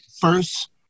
first